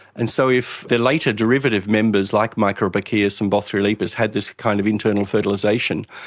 and so if the later derivative members, like microbrachius and bothriolepis had this kind of internal fertilisation,